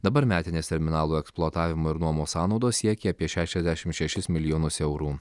dabar metinės terminalo eksploatavimo ir nuomos sąnaudos siekia apie šešiasdešim šešis milijonus eurų